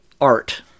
art